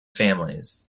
families